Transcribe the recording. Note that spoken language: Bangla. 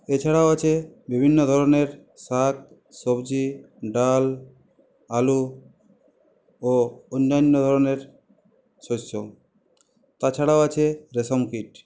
এছাড়াও আছে বিভিন্ন ধরনের শাক সবজি ডাল আলু ও অন্যান্য ধরনের শস্য তাছাড়াও আছে রেশম কীট